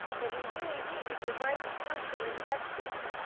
but we really need the advice and counsel of the experts.